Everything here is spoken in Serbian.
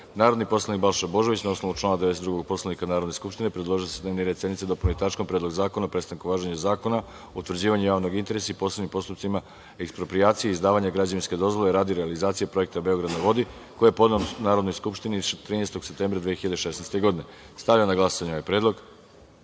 predlog. Narodni poslanik Balša Božović, na osnovu člana 92. Poslovnika Narodne skupštine, predložio je da se dnevni red sednice dopuni tačkom - Predlog zakona o prestanku važenja Zakona o utvrđivanju javnog interesa i posebnim postupcima eksproprijacije i izdavanja građevinske dozvole radi realizacije projekta „Beograd na vodi“, koji je podneo Narodnoj skupštini 13. septembra 2016. godine. Stavljam na glasanje ovaj